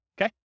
Okay